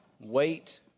wait